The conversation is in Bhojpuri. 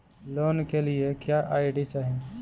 लोन के लिए क्या आई.डी चाही?